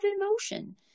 emotion